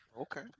Okay